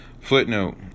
footnote